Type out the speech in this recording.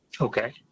Okay